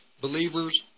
believers